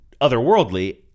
otherworldly